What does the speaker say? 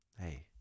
Hey